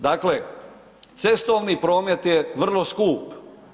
Dakle, cestovni promet je vrlo skup.